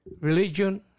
religion